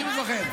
אני מפחד.